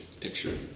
picture